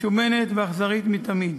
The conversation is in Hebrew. משומנת ואכזרית מתמיד.